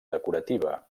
decorativa